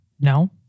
No